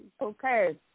Okay